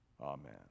Amen